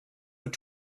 were